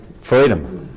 freedom